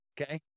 Okay